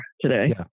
today